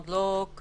עוד לא קבענו,